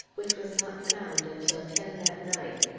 which was not found until ten that night.